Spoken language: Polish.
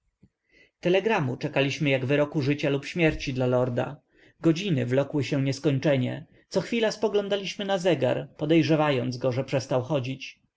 telegramu czekaliśmy jak wyroku życia lub śmierci dla lorda godziny wlokły się nieskończenie co chwila spoglądaliśmy na zegar podejrzewając go że przestał chodzić